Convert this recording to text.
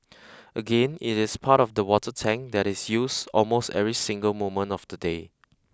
again it is part of the water tank that is used almost every single moment of the day